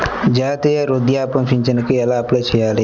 జాతీయ వృద్ధాప్య పింఛనుకి ఎలా అప్లై చేయాలి?